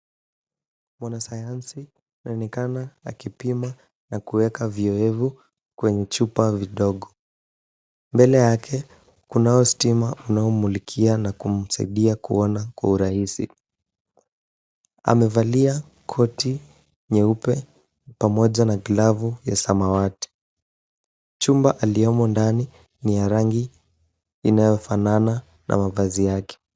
Mwanasayansi anaonekana akipima na kuweka vioevu kwenye chupa vidogo. Mbele yake kunao stima unaommulikia na kumsaidia kuona kwa urahisi. Amevalia koti nyeupe pamoja na glavu ya samawati. Chumba aliyomo ndani ni ya rangi inayofanana na mavazi yake.